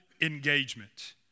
engagement